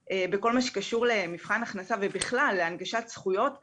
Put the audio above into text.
כך הם מתקשים יותר לקבל את הזכויות שלהם.